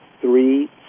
three